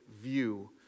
view